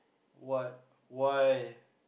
what why